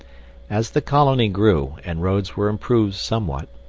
as the colony grew, and roads were improved somewhat,